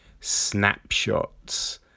snapshots